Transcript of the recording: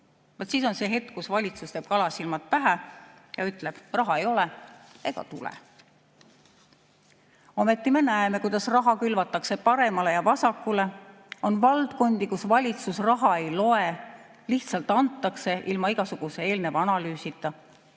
peaks jõutama, teeb valitsus kalasilmad pähe ja ütleb, et raha ei ole ega tule. Ometi me näeme, kuidas raha külvatakse paremale ja vasakule. On valdkondi, kus valitsus raha ei loe, lihtsalt antakse ilma igasuguse eelneva analüüsita.